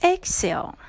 Exhale